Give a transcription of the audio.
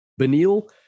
Benil